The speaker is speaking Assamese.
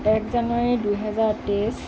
এক জানুৱাৰী দুহেজাৰ তেইছ